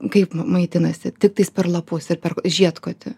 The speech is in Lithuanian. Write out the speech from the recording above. kaip maitinasi tiktais per lapus ir per žiedkotį